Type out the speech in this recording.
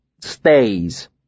stays